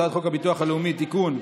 הצעת חוק הביטוח הלאומי (תיקון,